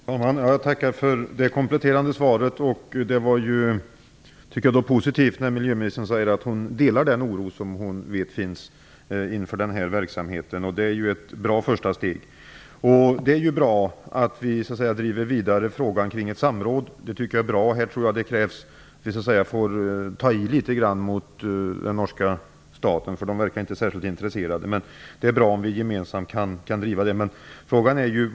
Fru talman! Jag tackar för det kompletterande svaret. Det är positivt att miljöministern säger att hon delar den oro hon vet finns inför denna verksamhet. Det är ett bra första steg. Det är bra att vi driver frågan kring ett samråd vidare. Jag tror att det krävs att vi tar i litet grand mot den norska staten. Där verkar man inte inte särskilt intresserad. Det är bra om vi gemensamt kan driva frågan.